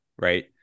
right